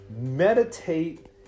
meditate